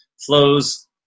flows